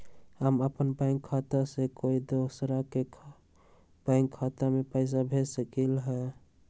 हम अपन बैंक खाता से कोई दोसर के बैंक खाता में पैसा कैसे भेज सकली ह?